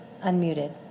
unmuted